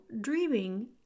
dreaming